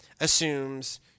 assumes